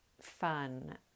fun